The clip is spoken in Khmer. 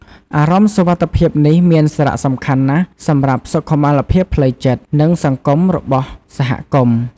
អារម្មណ៍សុវត្ថិភាពនេះមានសារៈសំខាន់ណាស់សម្រាប់សុខុមាលភាពផ្លូវចិត្ត និងសង្គមរបស់សហគមន៍។